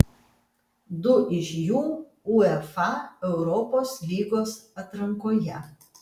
du iš jų uefa europos lygos atrankoje